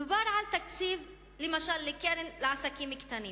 דובר על תקציב, למשל, לקרן לעסקים קטנים.